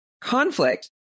conflict